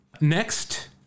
Next